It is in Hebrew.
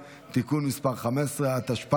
בלתי חוקיים (תיקון מס' 4 והוראת שעה,